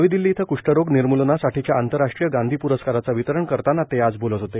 नवी दिल्ली इथं कृष्ठरोग निर्मूलनासाठीच्या आंतरराष्ट्रीय गांधी प्रस्कारांचं वितरण करताना ते आज बोलत होते